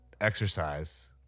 exercise